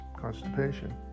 constipation